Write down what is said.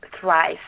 thrive